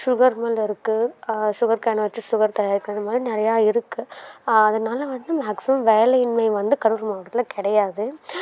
sugar mill இருக்குது சுகர்கேன வச்சு சுகர் தயாரிக்கிறமாதிரி நிறையா இருக்குது அதனால வந்து மேக்ஸிமம் வேலையின்மை வந்து கரூர் மாவட்டத்தில் கிடையாது